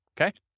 Okay